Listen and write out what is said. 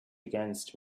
against